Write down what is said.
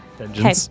Okay